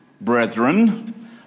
brethren